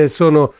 sono